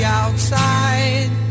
outside